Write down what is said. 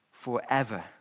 Forever